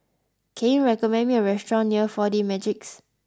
can you recommend me a restaurant near four D Magix